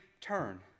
turn